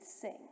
sing